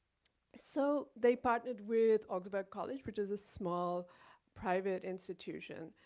so they partnered with augsburg college, which is a small private institution,